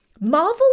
Marvel